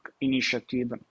Initiative